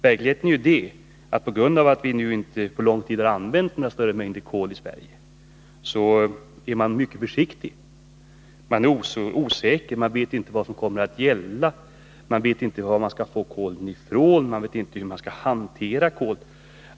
Verkligheten är den att man på grund av att man under lång tid inte har använt kol i Sverige är mycket försiktig. Man är osäker. Man vet inte vad som kommer att gälla. Man vet inte varifrån man skall få kol. Man vet inte hur man skall hantera kol.